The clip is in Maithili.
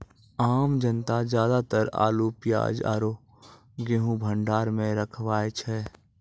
आम जनता ज्यादातर आलू, प्याज आरो गेंहूँ भंडार मॅ रखवाय छै